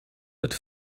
het